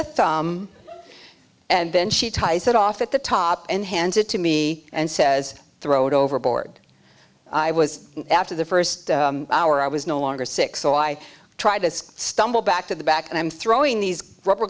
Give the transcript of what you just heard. thumb and then she ties it off at the top and hands it to me and says throw it overboard i was after the first hour i was no longer sick so i tried to stumble back to the back and i'm throwing these rubber